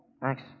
thanks